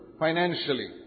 financially